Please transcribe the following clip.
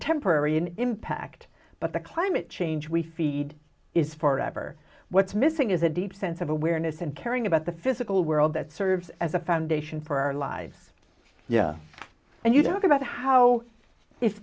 temporary in impact but the climate change we feed is for ever what's missing is a deep sense of awareness and caring about the physical world that serves as a foundation for our lives yeah and you talk about how if